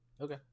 Okay